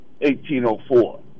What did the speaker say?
1804